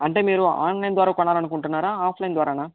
అంటే మీరు ఆన్లైన్ ద్వారా కొనాలని అనుకుంటున్నారా ఆఫ్లైన్ ద్వారానా